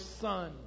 son